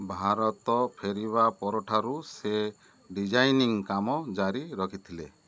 ଭାରତ ଫେରିବା ପରଠାରୁ ସେ ଡିଜାଇନିଂ କାମ ଜାରି ରଖିଥିଲେ